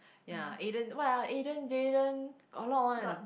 ya Aden what ah Aden Jayden got a lot one